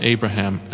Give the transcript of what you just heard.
Abraham